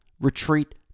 Retreat